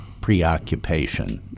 preoccupation